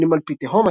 מילים על פי תהום,